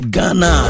Ghana